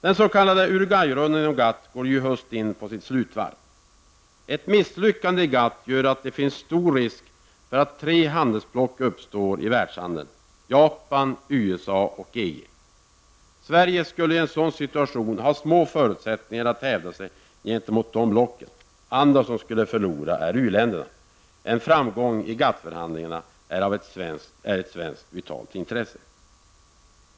Den s.k. Uruguay-rundan inom GATT går i höst in på sitt slutvarv. Ett misslyckande i GATT gör att det finns stor risk för att tre handelsblock uppstår i världshandeln: Japan, USA och EG. Sverige skulle i en sådan situation ha små förutsättningar att hävda sig gentemot dessa block. Andra som skulle förlora är u-länderna. En framgång i GATT förhandlingarna är ett viktigt svenskt intresse.